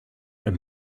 and